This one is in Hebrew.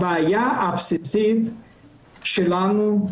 הבעיה הבסיסית שלנו,